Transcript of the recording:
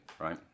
right